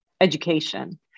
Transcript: education